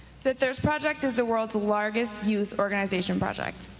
the thirst project is the world's largest youth organization project.